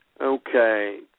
Okay